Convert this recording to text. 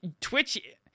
Twitch